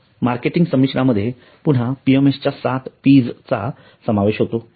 तर मार्केटिंग समिश्रामध्ये पुन्हा PMS च्या साथ Ps चा समावेश होतो